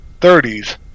30s